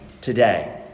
today